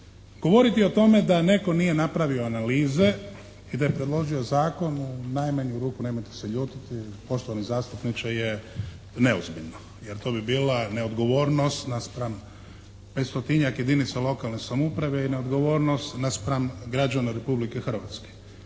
Govoriti o tome da netko nije napravio analize i da je predložio zakon u najmanju ruku nemojte se ljutiti poštovani zastupniče, je neozbiljno jer to bi bila neodgovornost naspram 500-tinjak jedinica lokalne samouprave i neodgovornost naspram građana Republike Hrvatske.